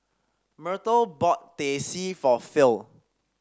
Myrtle bought Teh C for Phil